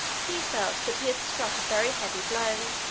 he felt that he had struck a very heavy blow.